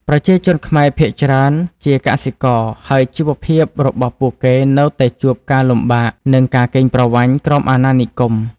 ប្រជាជនខ្មែរភាគច្រើនជាកសិករ ហើយជីវភាពរបស់ពួកគេនៅតែជួបការលំបាក និងការកេងប្រវ័ញ្ចក្រោមអាណានិគម។